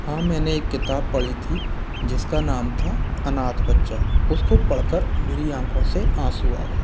हाँ मैंने एक किताब पढ़ी थी जिसका नाम था अनाथ बच्चा उसको पढ़ कर मेरी आंखों से आँसू आ गए थे